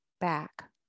back